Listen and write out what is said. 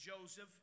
Joseph